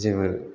जोङो